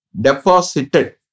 deposited